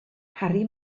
harri